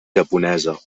japonesa